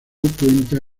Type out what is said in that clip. cuenta